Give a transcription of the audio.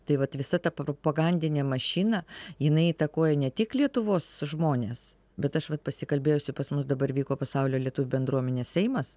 tai vat visa ta propagandinė mašina jinai įtakojo ne tik lietuvos žmones bet aš vat pasikalbėjusi pas mus dabar vyko pasaulio lietuvių bendruomenės seimas